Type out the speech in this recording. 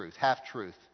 half-truth